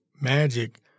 magic